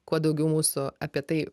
kuo daugiau mūsų apie tai